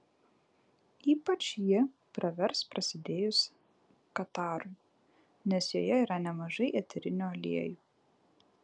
ypač ji pravers prasidėjus katarui nes joje yra nemažai eterinių aliejų